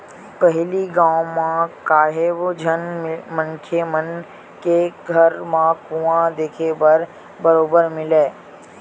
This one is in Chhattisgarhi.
पहिली गाँव म काहेव झन मनखे मन के घर म कुँआ देखे बर बरोबर मिलय